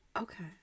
okay